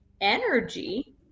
energy